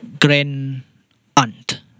grand-aunt